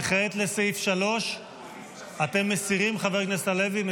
וכעת לסעיף 3. אתם מסירים, חבר הכנסת הלוי?